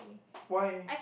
why